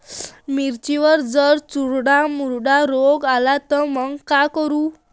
मिर्चीवर जर चुर्डा मुर्डा रोग आला त मंग का करू?